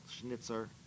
Schnitzer